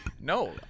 No